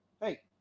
hey